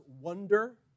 wonder